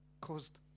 caused